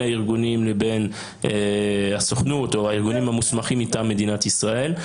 הארגונים לבין הסוכנות או הארגונים המוסמכים מטעם מדינת ישראל,